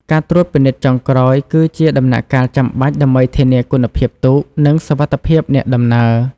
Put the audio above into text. ការត្រួតពិនិត្យចុងក្រោយ គឺជាដំណាក់កាលចាំបាច់ដើម្បីធានាគុណភាពទូក និងសុវត្ថិភាពអ្នកដំណើរ។